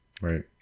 Right